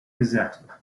gazette